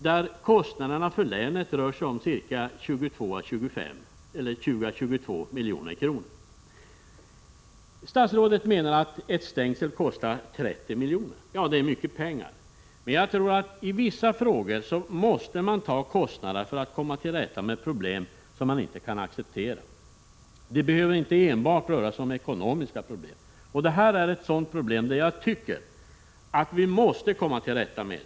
Det rör sig om kostnader för länet i storleksordningen 20-22 milj.kr. Enligt statsrådet kostar renstängsel 30 miljoner. Jag håller med om att det är mycket pengar. Men jag tror att man i vissa frågor måste bära kostnaderna för att komma till rätta med sådant som inte kan accepteras. Det behöver inte enbart röra sig om ekonomiska problem. Det här problemet är enligt min uppfattning av den arten att vi måste komma till rätta med det.